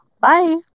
Bye